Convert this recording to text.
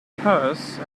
purse